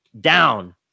down